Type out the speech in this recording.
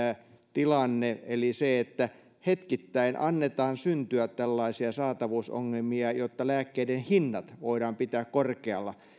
tilanne eli se että hetkittäin annetaan syntyä tällaisia saatavuusongelmia jotta lääkkeiden hinnat voidaan pitää korkealla